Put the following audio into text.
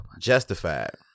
Justified